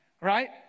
right